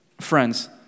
Friends